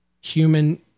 human